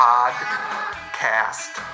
Podcast